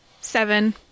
Seven